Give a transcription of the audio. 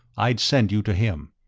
i'd send you to him.